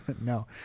No